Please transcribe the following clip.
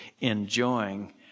enjoying